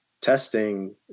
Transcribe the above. Testing